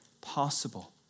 possible